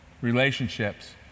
Relationships